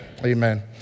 Amen